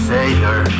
Savior